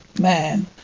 Man